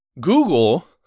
Google